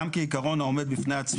גם כעיקרון העומד בפני עצמו.